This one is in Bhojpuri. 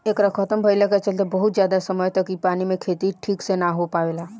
एकरा खतम भईला के चलते बहुत ज्यादा समय तक इ पानी मे के खेती ठीक से ना हो पावेला